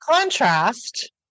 contrast